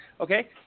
Okay